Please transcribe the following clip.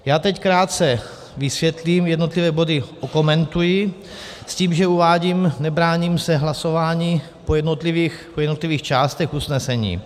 Já teď krátce vysvětlím, jednotlivé body okomentuji, s tím, že uvádím, nebráním se hlasování po jednotlivých částech usnesení.